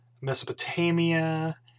Mesopotamia